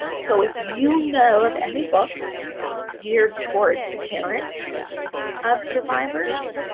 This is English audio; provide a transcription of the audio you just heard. so if you know of any books geared towards parents of survivors,